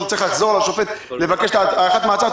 הוא צריך לחזור לשופט ולבקש הארכת מעצר,